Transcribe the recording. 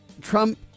trump